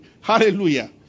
Hallelujah